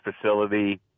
facility